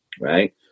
right